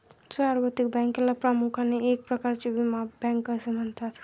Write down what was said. सार्वत्रिक बँकेला प्रामुख्याने एक प्रकारची विमा बँक असे म्हणतात